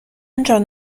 جان